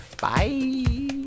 bye